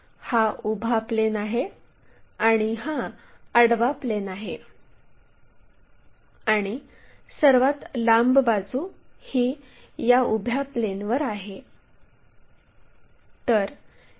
हा उभा प्लेन आहे आणि हा आडवा प्लेन आहे आणि सर्वात लांब बाजू ही या उभ्या प्लेनवर आहे